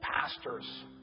pastors